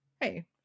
hey